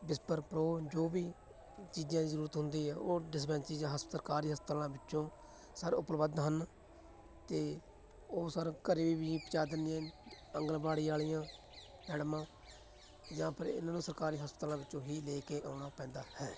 whisper pro ਜੋ ਵੀ ਚੀਜ਼ਾਂ ਦੀ ਜ਼ਰੂਰਤ ਹੁੰਦੀ ਹੈ ਉਹ ਡਿਸਪੈਂਸਰੀ ਜਾਂ ਹਸਪਤਾਲ ਸਰਕਾਰੀ ਹਸਪਤਾਲਾਂ ਵਿੱਚੋਂ ਸਰ ਉਪਲਬਧ ਹਨ ਅਤੇ ਉਹ ਸਰ ਘਰ ਵੀ ਪਹੁੰਚਾ ਦਿੰਦੀਆਂ ਆਂਗਣਵਾੜੀ ਵਾਲੀਆਂ ਮੈਡਮਾਂ ਜਾਂ ਫਿਰ ਇਹਨਾਂ ਨੂੰ ਸਰਕਾਰੀ ਹਸਪਤਾਲਾਂ ਵਿੱਚੋਂ ਹੀ ਲੈ ਕੇ ਆਉਣਾ ਪੈਂਦਾ ਹੈ